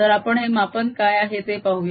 तर आपण हे मापन काय आहे ते पाहूया